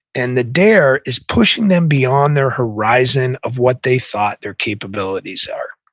and the dare is pushing them beyond their horizon of what they thought their capabilities are